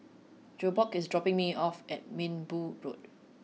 Jakob is dropping me off at Minbu Road